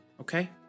Okay